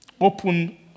Open